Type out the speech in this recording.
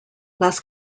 las